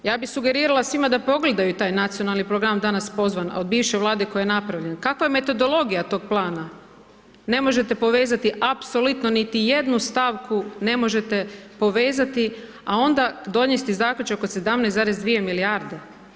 Ja bi sugerirala svima da pogledaju taj nacionalni program danas pozvan a od bivše vlade koja je napravljen, kakva je metodologija tog plana, ne možete povezati apsolutno niti jednu stavku ne možete povezati, a onda donijeti zaključak od 17,2 milijarde.